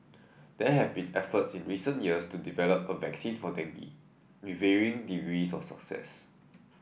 there have been efforts in recent years to develop a vaccine for dengue with varying degrees of success